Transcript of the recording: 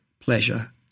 pleasure